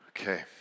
Okay